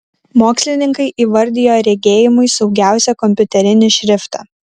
mokslininkai įvardijo regėjimui saugiausią kompiuterinį šriftą